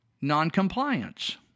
noncompliance